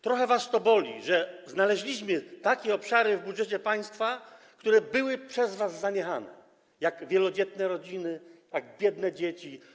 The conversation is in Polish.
Trochę was to boli, że znaleźliśmy takie obszary w budżecie państwa, które były przez was zaniechane: wielodzietne rodziny, biedne dzieci.